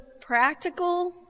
practical